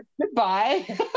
goodbye